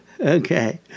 Okay